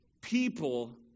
people